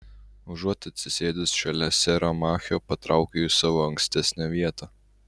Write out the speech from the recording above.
užuot atsisėdęs šalia sero machio patraukiau į savo ankstesnę vietą